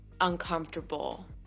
uncomfortable